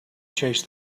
chased